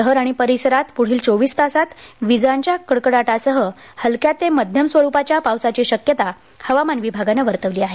शहर आणि परिसरांत पुढील चोवीस तासांत विजांच्या कडकडाटासह हलक्या ते मध्यम स्वरुपाच्या पावसाची शक्यता हवामान विभागानं वर्तवली आहे